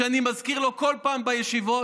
כשאני מזכיר לו כל פעם בישיבות?